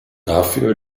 dafür